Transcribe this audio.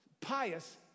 Pious